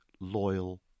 loyal